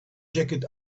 jacket